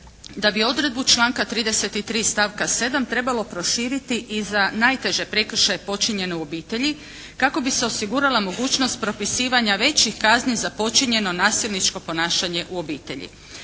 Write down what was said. da bi odredbu članka 33. stavka 7. trebalo proširiti i za najteže prekršaje počinjene u obitelji kako bi se osigurala mogućnost propisivanja većih kazni za počinjeno nasilničko ponašanje u obitelji.